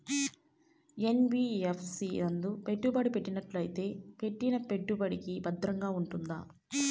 NBFC నందు పెట్టుబడి పెట్టినట్టయితే పెట్టిన పెట్టుబడికి భద్రంగా ఉంటుందా?